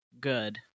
good